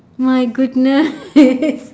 my goodness